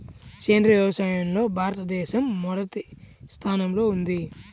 సేంద్రీయ వ్యవసాయంలో భారతదేశం మొదటి స్థానంలో ఉంది